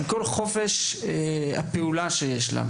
עם כל החופש הפעולה שיש לה,